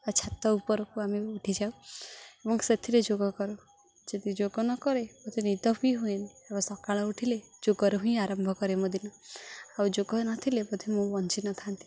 ଆଉ ଛାତ ଉପରକୁ ଆମେ ଉଠିଯାଉ ଏବଂ ସେଥିରେ ଯୋଗ କରୁ ଯଦି ଯୋଗ ନକରେ ମୋତେ ନିଦ ହିଁ ହୁଏନି ଏବଂ ସକାଳ ଉଠିଲେ ଯୋଗରୁ ହିଁ ଆରମ୍ଭ କରେ ମୋ ଦିନ ଆଉ ଯୋଗ ନଥିଲେ ବୋଧେ ମୁଁ ବଞ୍ଚିନଥାନ୍ତି